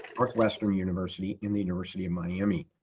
north western university and the university of miami.